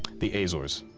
the azores